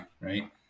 right